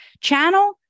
channel